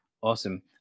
Awesome